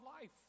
life